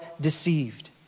deceived